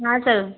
हाँ सर